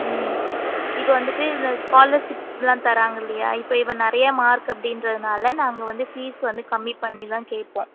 ம் இப்போ வந்துவிட்டு இந்த ஸ்காலர்ஷிப்லாம் தராங்க இல்லையா இப்போ இவென் நிறையா மார்க் அப்படின்றதுனால நாங்கள் வந்து ஃபீஸ் வந்து கம்மி பண்ணி தான் கேட்போம்